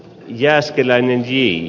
jääskeläinen i